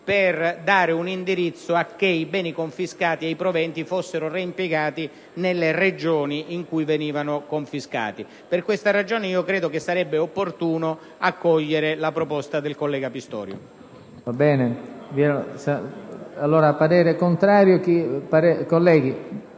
per dare un indirizzo affinché i beni confiscati e i proventi fossero reimpiegati nelle stesse Regioni dove sono stati confiscati. Per questa ragione, credo sarebbe opportuno accogliere la proposta del collega Pistorio.